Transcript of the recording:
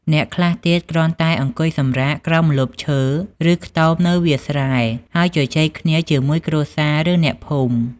អ្នកខ្លះទៀត គ្រាន់តែអង្គុយសម្រាកក្រោមម្លប់ឈើ ឬ ខ្ទមនៅវាលស្រែ ហើយជជែកគ្នាជាមួយគ្រួសារ ឬ អ្នកភូមិ។